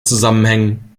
zusammenhängen